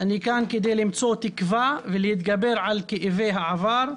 אני כאן כדי למצוא תקווה ולהתגבר על כאבי העבר,